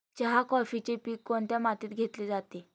चहा, कॉफीचे पीक कोणत्या मातीत घेतले जाते?